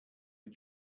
den